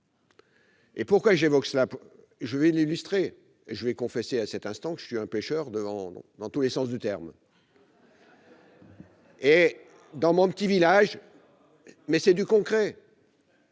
Et pourquoi j'évoque cela, je vais l'illustrer je vais confessé à cet instant que je suis un pêcheur de vendre dans tous les sens du terme. Et dans mon petit village, mais c'est du concret.